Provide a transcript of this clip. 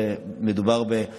ואני